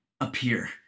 appear